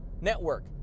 network